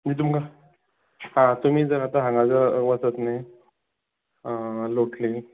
म्हणजे तुमकां आ तुमी जर आतां हांगा जर वचत न्ही लोटली